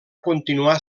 continuar